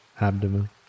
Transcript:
abdomen